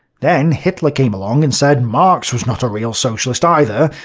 then hitler came along and said marx was not a real socialist either,